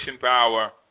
power